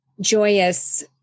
joyous